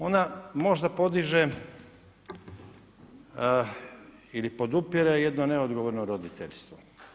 Ona možda podiže ili podupire jedno neodgovorno roditeljstvo.